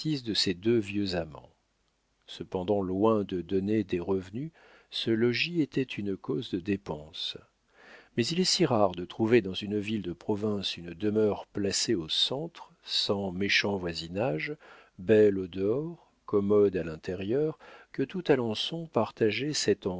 de ses deux vieux amants cependant loin de donner des revenus ce logis était une cause de dépense mais il est si rare de trouver dans une ville de province une demeure placée au centre sans méchant voisinage belle au dehors commode à l'intérieur que tout alençon partageait cette